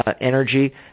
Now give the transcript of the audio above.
energy